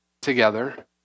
together